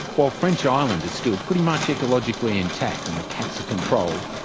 while french island is still pretty much ecologically intact and the cats are controlled,